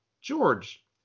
George